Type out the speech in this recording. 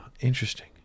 interesting